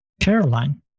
caroline